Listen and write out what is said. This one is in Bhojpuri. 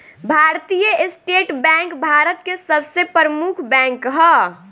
भारतीय स्टेट बैंक भारत के सबसे प्रमुख बैंक ह